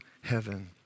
heaven